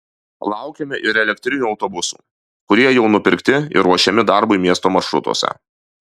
laukiame ir elektrinių autobusų kurie jau nupirkti ir ruošiami darbui miesto maršrutuose